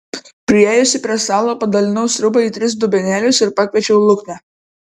priėjusi prie stalo padalinau sriubą į tris dubenėlius ir pakviečiau luknę